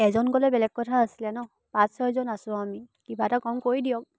এজন গ'লে বেলেগ কথা আছিলে ন পাঁচ ছয়জন আছোঁ আমি কিবা এটা কম কৰি দিয়ক